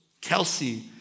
Kelsey